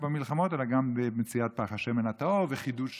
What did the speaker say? במלחמות אלא גם במציאת פך השמן הטהור וחידוש